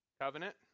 covenant